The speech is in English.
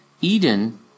Eden